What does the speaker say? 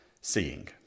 seeing